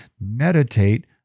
meditate